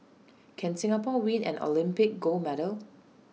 can Singapore win an Olympic gold medal